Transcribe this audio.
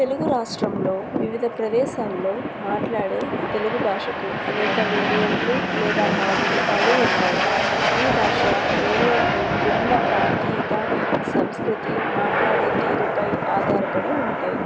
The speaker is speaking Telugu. తెలుగు రాష్ట్రంలో వివిధ ప్రదేశాల్లో మాట్లాడే తెలుగు భాషకు అనేక వేరియంట్లు లేదా మాండలికాలు ఉన్నాయి ఈ భాష వేరియంట్లు భిన్న ప్రాంతీయత సంస్కృతి మాట్లాడే తీరుపై ఆధారపడి ఉంటాయి